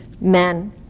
men